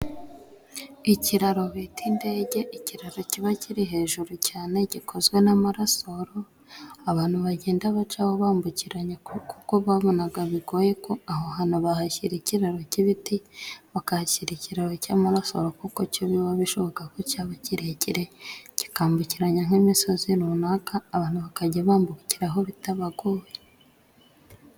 Ikiraro bita indege, ikiraro kiba kiri hejuru cyane gikozwe n’amarasoro. Abantu bagenda bacaho bambukiranya, kuko babonaga bigoye ko aho hantu bahashyira ikiraro cy’ibiti, bakahashyira ikiraro cy’amaraso, kuko cyo biba bishoboka ko cyaba kirekire kikambukiranya nk’imisozi runaka, abantu bakajya bambukiraho bitabagoye.